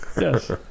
Yes